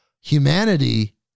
humanity